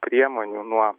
priemonių nuo